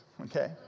Okay